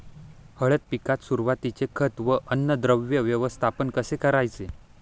हळद पिकात सुरुवातीचे खत व अन्नद्रव्य व्यवस्थापन कसे करायचे?